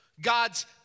God's